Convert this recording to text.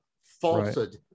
falsehood